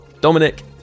Dominic